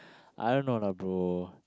I don't know lah bro